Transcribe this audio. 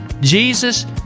Jesus